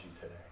today